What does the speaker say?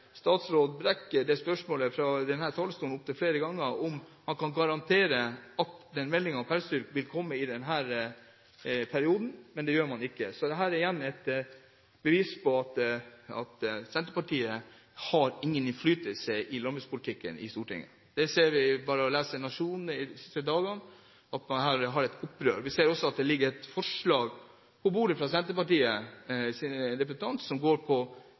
statsråd Brekk det spørsmålet fra denne talerstolen opptil flere ganger om han kan garantere at meldingen om pelsdyrnæringen vil komme i denne perioden, men det gjør den ikke. Dette er igjen et bevis på at Senterpartiet ikke har noen innflytelse i landbrukspolitikken i Stortinget. Vi ser bare ved å lese Nationen de siste dagene at man her har et opprør. Vi ser også at det ligger et forslag på bordet fra en av Senterpartiets representanter som går på